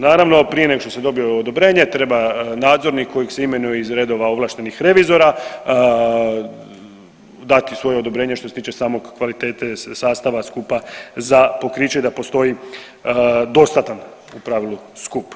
Naravno prije nego što sam dobio odobrenje treba nadzornik kojeg se imenuje iz redova ovlaštenih revizora, dati svoje odobrenje što se tiče same kvalitete sastava skupa za pokriće da postoji dostatan u pravilu skup.